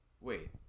Wait